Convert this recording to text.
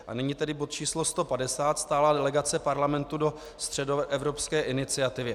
A nyní bod číslo 150, stálá delegace Parlamentu do Středoevropské iniciativy.